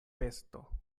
vesto